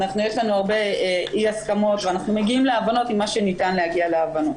יש לנו הרבה אי הסכמות ואנחנו מגיעים להבנות עם מה שניתן להגיע להבנות.